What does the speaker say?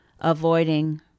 avoiding